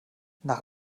nach